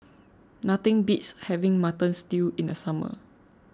nothing beats having Mutton Stew in the summer